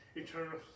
eternal